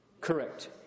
correct